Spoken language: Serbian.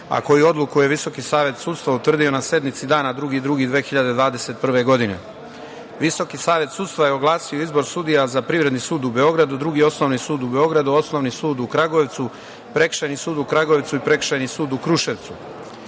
a koju odluku je Visoki savet sudstva utvrdio na sednici dana 2.2.2021. godine. Visoki savet sudstva je oglasio izbor sudija za Privredni sud u Beogradu, Drugi osnovni sud u Beogradu, Osnovni sud u Kragujevcu, Prekršajni sud u Kragujevcu i Prekršajni sud u Kruševcu. Pošto